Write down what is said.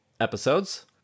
episodes